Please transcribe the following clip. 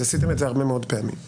עשיתם את זה הרבה מאוד פעמים.